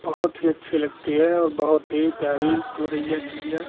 बहुत ही अच्छी लगती है और बहुत ही प्यारी गौरैया चिड़िया